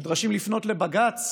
הם נדרשים לפנות לבג"ץ